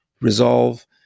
resolve